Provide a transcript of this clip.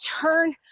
turn